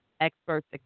experts